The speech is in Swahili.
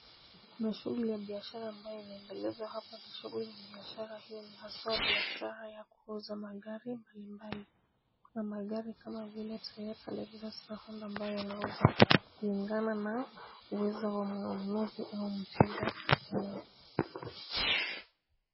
Kuna shughuli ya biashara ambayo inaendelezwa hapa. Shughuli ya biashara hiyo ni haswa biashara ya kuuza magari mbali mbali. Kuna magari kama vile Toyota Lexus na Honda ambayo yanauzwa kulingana na uwezo wa mnunuzi au mteja.